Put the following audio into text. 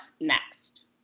next